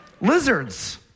Lizards